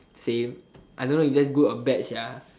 same I don't know is that good or bad ya